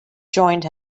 joined